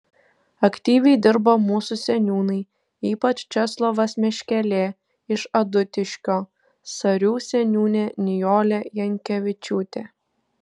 aktyviai dirba mūsų seniūnai ypač česlovas meškelė iš adutiškio sarių seniūnė nijolė jankevičiūtė